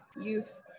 youth